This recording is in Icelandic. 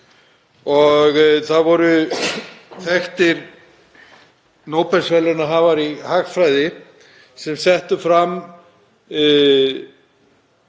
Það voru þekktir nóbelsverðlaunahafar í hagfræði sem settu fram